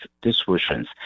distributions